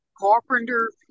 Carpenter